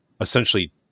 essentially